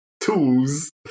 tools